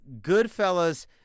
Goodfellas –